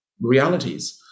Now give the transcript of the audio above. realities